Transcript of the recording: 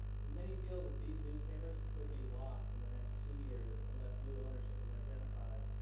many feel that these newspapers could be lost in the next two years unless new ownership is identified.